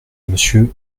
monsieur